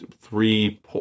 three